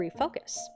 Refocus